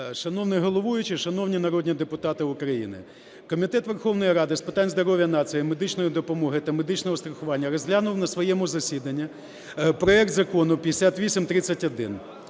Шановний головуючий, шановні народні депутати України, Комітет Верховної Ради питань здоров'я нації, медичної допомоги та медичного страхування розглянув на своєму засіданні проект Закону 5831.